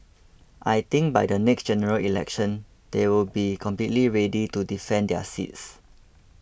I think by the next General Election they will be completely ready to defend their seats